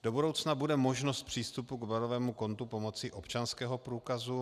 Do budoucna bude možnost přístupu k bodovému kontu pomocí občanského průkazu.